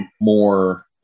more